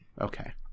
Okay